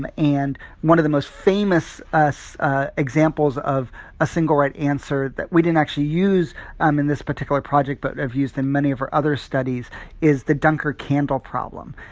and and one of the most famous ah examples of a single right answer that we didn't actually use um in this particular project but have used in many of our other studies is the duncker candle problem.